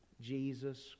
Jesus